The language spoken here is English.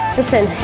listen